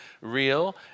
real